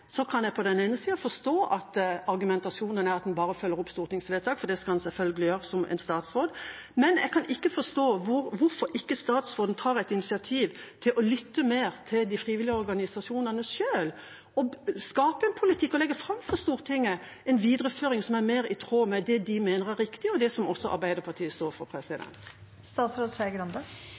kan jeg på den ene sida forstå at argumentasjonen er at hun bare følger opp Stortingets vedtak, for det skal en selvfølgelig gjøre som statsråd, men jeg kan ikke forstå hvorfor ikke statsråden tar et initiativ til å lytte mer til de frivillige organisasjonene selv – skape en politikk og legge fram for Stortinget en videreføring som er mer i tråd med de mener er riktig, og som også Arbeiderpartiet står for.